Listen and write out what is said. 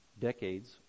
decades